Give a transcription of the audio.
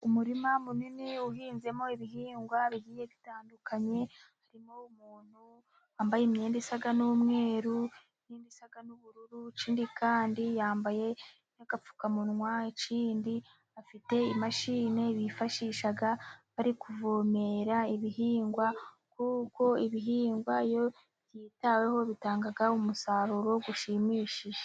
Umurima munini uhinzemo ibihingwa bigiye bitandukanye harimo umuntu wambaye imyenda isa n'umweru, n'ubururu ikindi kandi yambaye n'agapfukamunwa, ikindi afite imashini bifashisha bari kuvomera ibihingwa kuko ibihingwa iyo byitaweho bitanga umusaruro ushimishije.